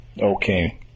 Okay